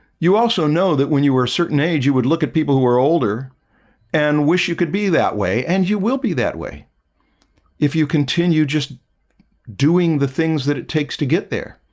you also know that when you were a certain age, you would look at people who are older and wish you could be that way and you will be that way if you continue just doing the things that it takes to get there